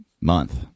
month